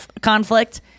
conflict